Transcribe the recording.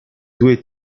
due